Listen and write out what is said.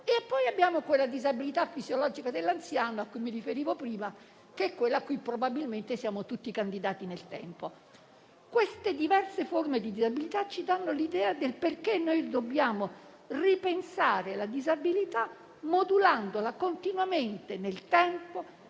e poi abbiamo quella disabilità fisiologica dell'anziano a cui mi riferivo prima, a cui probabilmente siamo tutti candidati nel tempo. Queste diverse forme di disabilità ci danno l'idea del perché dobbiamo ripensare la disabilità, modulandola continuamente nel tempo,